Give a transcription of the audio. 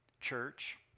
church